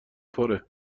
پره